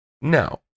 Now